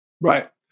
Right